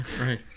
right